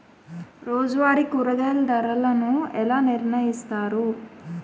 రోజువారి కూరగాయల ధరలను ఎలా నిర్ణయిస్తారు?